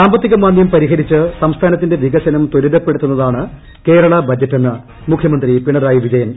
സാമ്പത്തികമാന്ദൃം പരിഹരിച്ച് സംസ്ഥാനത്തിന്റെ വികസനം ത്വരിതപ്പെടുത്തുന്നതാണ് കേരള ബജറ്റെന്ന് മുഖ്യമന്ത്രി പിണറായി വിജയൻ